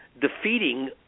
defeating